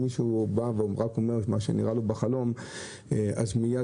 אם מישהו בא ורק אומר את מה שנראה לו בחלום אז מיד